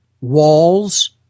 walls